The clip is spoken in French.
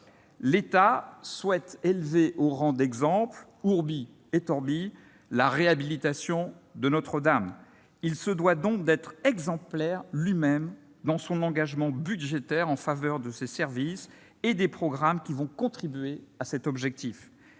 L'État souhaite élever au rang d'exemple,, la réhabilitation de Notre-Dame. Il se doit donc d'être lui-même exemplaire dans son engagement budgétaire en faveur de ses services et des programmes qui vont contribuer à ce travail.